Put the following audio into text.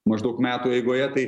maždaug metų eigoje tai